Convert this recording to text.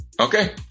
okay